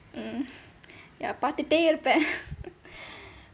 mm ya பாத்துடே இருப்பேன்:pathuttae iruppaen